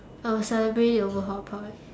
I'll celebrate it over hotpot